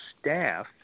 staff